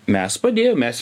mes padėjom mes